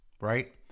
right